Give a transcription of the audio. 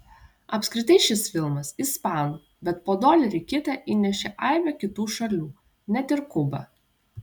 apskritai šis filmas ispanų bet po dolerį kitą įnešė aibė kitų šalių net ir kuba